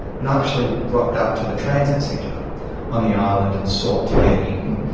and actually rocked up to the transit centre on the island and sought to get in.